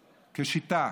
כשיטה?